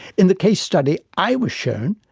in the case study i was shown,